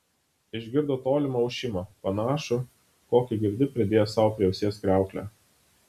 išgirdo tolimą ošimą panašų kokį girdi pridėjęs sau prie ausies kriauklę